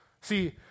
See